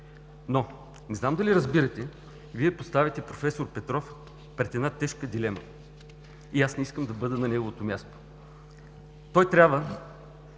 и не знам дали разбирате – Вие поставяте проф. Петров пред една тежка дилема и аз не искам да бъда на неговото място. Той трябва